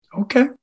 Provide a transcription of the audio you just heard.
Okay